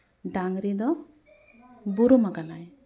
ᱰᱟᱝᱨᱤ ᱫᱚ ᱵᱩᱨᱩᱢᱟᱠᱟᱱᱟᱭ